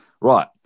right